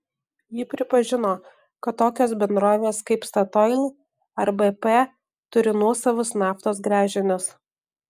ji pripažino kad tokios bendrovės kaip statoil ar bp turi nuosavus naftos gręžinius